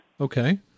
Okay